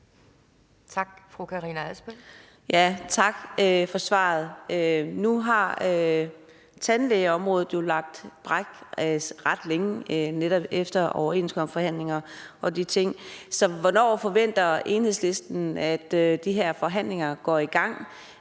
Tak for svaret. Nu har tandlægeområdet jo ligget brak ret længe netop efter overenskomstforhandlinger og de ting, så hvornår forventer Enhedslisten at de her forhandlinger går i gang?